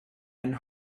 and